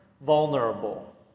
vulnerable